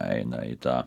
eina į tą